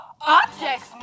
objects